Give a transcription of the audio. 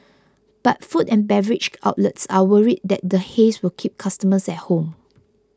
but food and beverage outlets are worried that the haze will keep customers at home